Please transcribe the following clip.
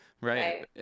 Right